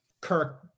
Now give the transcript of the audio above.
Kirk